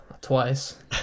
Twice